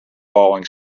falling